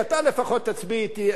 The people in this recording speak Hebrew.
אתה לפחות תצביע אתי,